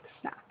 snack